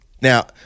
Now